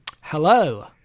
hello